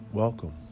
Welcome